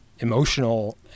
emotional